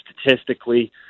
statistically